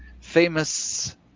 famous